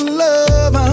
love